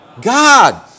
God